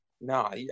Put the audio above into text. No